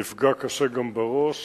נפגע קשה גם בראש